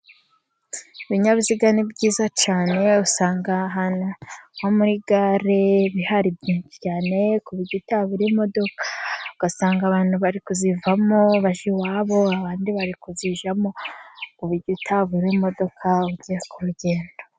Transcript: Ibinyabiziga ni byiza cyane, usanga ahantu nko muri gare bihari byinshi cyane kuburyo utabura imodoka. Ugasanga abantu bari kuzivamo baje iwabo, abandi bari kuzijyamo, kuburyo batabura imodoka bajya ku rugendo.